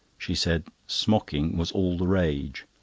she said smocking was all the rage.